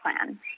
plan